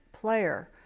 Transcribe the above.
player